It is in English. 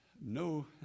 no